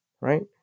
right